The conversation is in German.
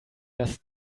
das